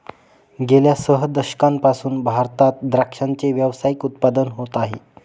गेल्या सह दशकांपासून भारतात द्राक्षाचे व्यावसायिक उत्पादन होत आहे